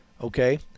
Okay